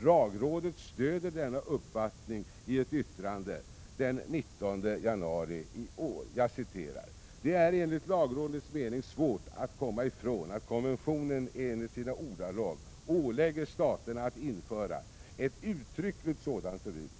Lagrådet stöder denna uppfattning i ett yttrande den 19 januari i år. Jag citerar: ”Det är enligt lagrådets mening svårt att komma ifrån att konventionen enligt sina ordalag ålägger staterna att införa ett uttryckligt sådant förbud.